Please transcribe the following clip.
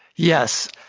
yes,